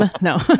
No